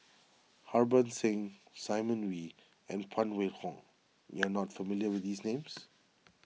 Harbans Singh Simon Wee and Phan Wait Hong you are not familiar with these names